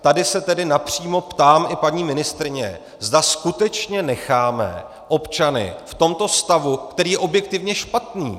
Tady se tedy napřímo ptám i paní ministryně, zda skutečně necháme občany v tomto stavu, který je objektivně špatný.